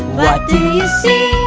what do you see?